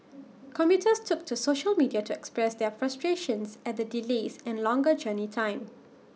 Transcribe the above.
commuters took to social media to express their frustrations at the delays and longer journey time